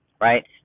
right